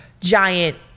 giant